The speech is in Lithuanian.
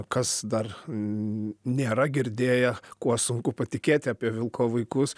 kas dar n nėra girdėję kuo sunku patikėti apie vilko vaikus